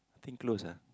think close ah